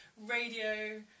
radio